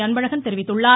அன்பழகன் தெரிவித்துள்ளார்